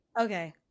Okay